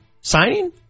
signing